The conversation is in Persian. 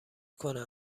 کنن